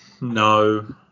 No